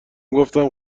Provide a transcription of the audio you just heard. گفتم